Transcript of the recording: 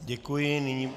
Děkuji.